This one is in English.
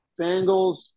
Bengals